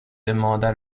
demanda